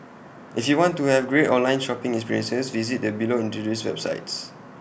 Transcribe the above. if you want to have great online shopping experiences visit the below introduced websites